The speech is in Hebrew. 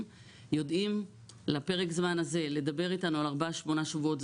יודעים לפרק הזמן הזה לדבר איתנו על ארבעה-שמונה שבועות,